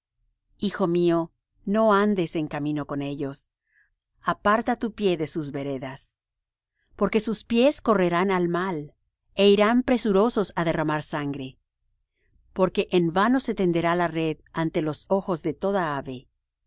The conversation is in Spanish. hijo mío no andes en camino con ellos aparta tu pie de sus veredas porque sus pies correrán al mal e irán presurosos á derramar sangre porque en vano se tenderá la red ante los ojos de toda ave